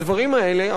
הדברים האלה,